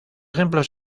ejemplo